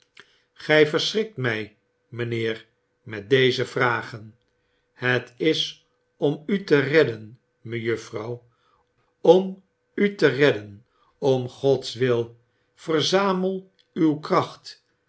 gy verschrikt my mynheer met dezevragen het is om u te redden mejuffrouw om u te redden om gods wil verzamel uw kracht